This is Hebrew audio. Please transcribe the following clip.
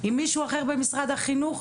עם מישהו אחר במשרד החינוך.